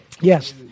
Yes